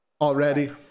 already